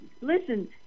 listen